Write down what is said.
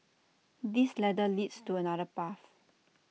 this ladder leads to another path